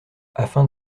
afin